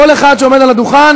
כל אחד שעומד על הדוכן,